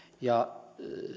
ja